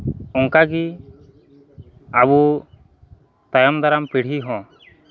ᱚᱱᱠᱟ ᱜᱮ ᱟᱵᱚ ᱛᱟᱭᱚᱢ ᱫᱟᱨᱟᱢ ᱯᱤᱲᱦᱤ ᱦᱚᱸ